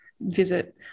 visit